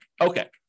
Okay